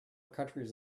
countries